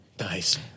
Nice